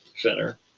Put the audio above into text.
Center